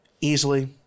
easily